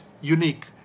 unique